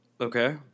Okay